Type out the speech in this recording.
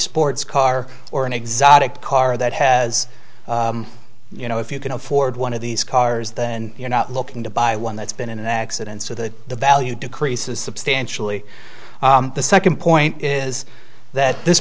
sports car or an exotic car that has you know if you can afford one of these cars then you're not looking to buy one that's been in an accident so that the value decreases substantially the second point is that this